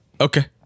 Okay